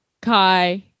Kai